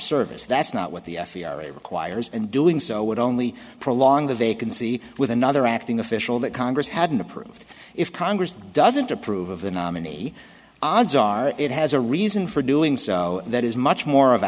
service that's not what the f b i requires and doing so would only prolong the vacancy with another acting official that congress hadn't approved if congress doesn't approve of the nominee odds are it has a reason for doing so that is much more of a